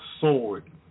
sword